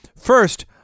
first